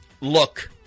look